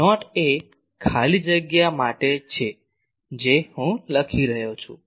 'not' એ ખાલી જગ્યા માટે છે જે હું લખી રહ્યો છું